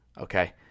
okay